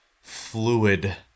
fluid